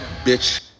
Bitch